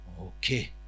Okay